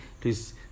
Please